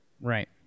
Right